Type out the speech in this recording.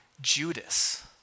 Judas